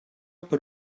per